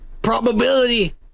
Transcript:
Probability